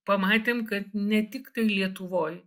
pamatėm kad ne tik tai lietuvoj